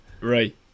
Right